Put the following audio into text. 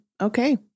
okay